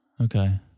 Okay